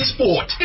Sport